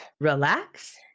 relax